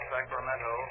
Sacramento